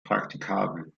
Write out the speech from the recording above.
praktikabel